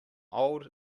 old